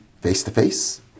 face-to-face